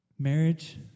Marriage